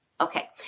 Okay